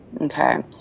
Okay